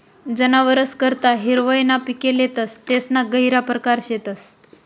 जनावरस करता हिरवय ना पिके लेतस तेसना गहिरा परकार शेतस